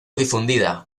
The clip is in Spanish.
difundida